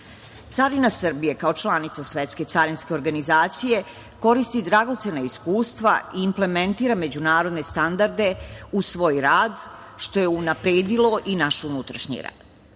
Srbije kao članica Svetske carinske organizacije koristi dragocena iskustva i implementira međunarodne standarde u svoj rad, što je unapredilo i naš unutrašnji